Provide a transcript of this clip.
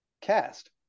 cast